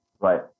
Right